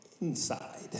inside